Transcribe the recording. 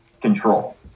control